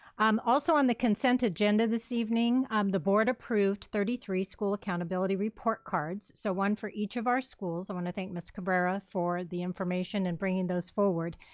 um also on the consent agenda this evening, um the board approved thirty three school accountability report cards, so one for each of our schools. i want to thank ms. cabrera for the information and bringing those forward.